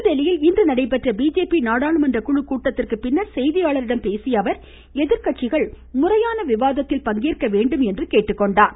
புதுதில்லியில் இன்று நடைபெற்ற பிஜேபி நாடாளுமன்ற குழுக் கூட்டத்திற்கு பின்னர் செய்தியாளர்களிடம் பேசிய அவர் எதிர்கட்சிகள் முறையான விவாதத்தில் பங்கேற்க வேண்டும் என்றும் கோரினார்